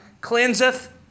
cleanseth